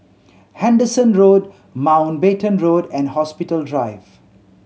Henderson Road Mountbatten Road and Hospital Drive